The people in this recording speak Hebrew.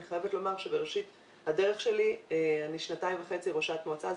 אני חייבת לומר שבראשית הדרך שלי אני שנתיים וחצי ראשת מועצה,